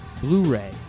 Blu-ray